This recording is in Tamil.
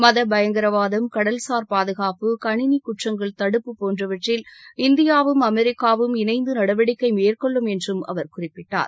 மத பயங்கரவாதம் கடல்சார் பாதகாப்பு கணினி குற்றங்கள் தடுப்பு போன்றவற்றில் இந்தியாவும் அமெரிக்காவும் இணைந்து நடவடிக்கை மேற்கொள்ளும் என்றும் அவர் குறிப்பிட்டார்